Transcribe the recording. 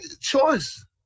Choice